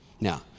Now